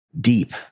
deep